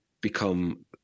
become